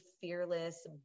fearless